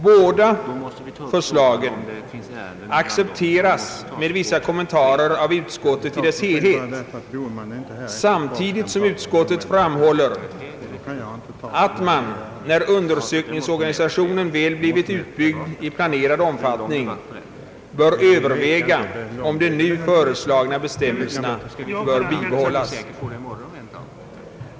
Båda förslagen accepteras med vissa kommentarer av utskottet i dess helhet, samtidigt som utskottet framhåller att man när undersökningsorganisationen väl blivit utbyggd i planerad omfattning bör överväga om de nu föreslagna bestämmelserna bör bibehållas.